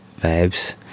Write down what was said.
Vibes